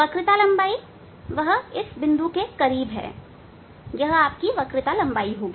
वक्रता लंबाई इस बिंदु के करीब है यह वक्रता लंबाई होगी